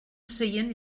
seient